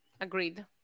Agreed